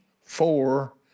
four